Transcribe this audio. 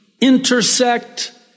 intersect